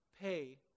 pay